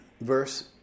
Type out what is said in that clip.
verse